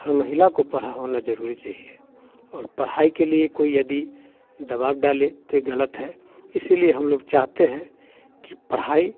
हर महिला को पढ़ा होना जरूर चाहिए और पढ़ाई के लिए कोई यदि दबाव डाले तो ये गलत है इसीलिए हम लोग चाहते हैं कि पढ़ाई